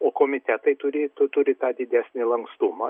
o komitetai turėtų turi tą didesnį lankstumą